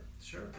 sure